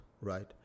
Right